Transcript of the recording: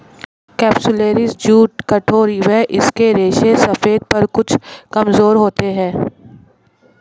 capsularis jute कठोर व इसके रेशे सफेद पर कुछ कमजोर होते हैं